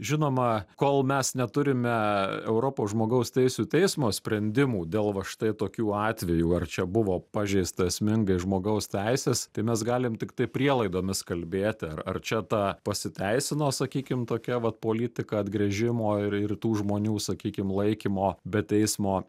žinoma kol mes neturime europos žmogaus teisių teismo sprendimų dėl va štai tokių atvejų ar čia buvo pažeista esmingai žmogaus teisės tai mes galim tiktai prielaidomis kalbėt ar ar čia ta pasiteisino sakykim tokia vat politika atgręžimo ir ir tų žmonių sakykim laikymo be teismo